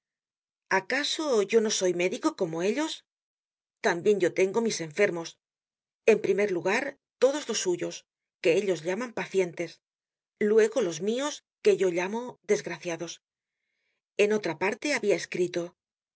acaso yo no soy médico como ellos tambien yo tengo mis enfermos en primer lugar todos los suyos que ellos llaman pa tientes luego los mios que yo llamo desgraciados en otra parte habia escrito